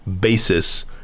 basis